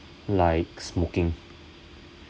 like smoking